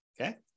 Okay